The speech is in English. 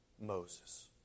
Moses